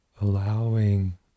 allowing